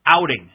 outing